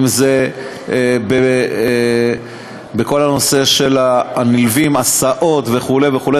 אם בכל הנושא של הנלווים: הסעות וכו' וכו'.